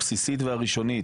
הבסיסית והראשונית,